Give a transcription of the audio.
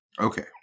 okay